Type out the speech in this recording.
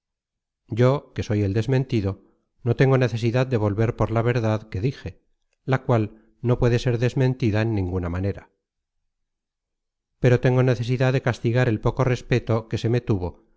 yo que soy el desmentido no tengo necesidad de volver por la verdad que dije la cual no puede ser desmentida en ninguna manera pero tengo necesidad de castigar el poco respeto que se me tuvo